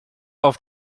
auf